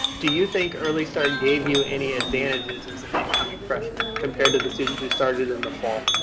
do you think early start gave you any advantages as an incoming freshman compared to the students who started in the fall?